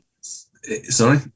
Sorry